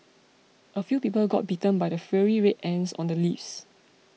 a few people got bitten by the fiery Red Ants on the leaves